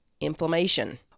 inflammation